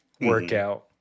workout